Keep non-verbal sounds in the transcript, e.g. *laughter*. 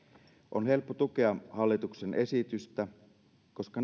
on helppo tukea hallituksen esitystä koska *unintelligible*